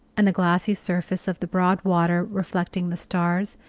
and the glassy surface of the broad water, reflecting the stars,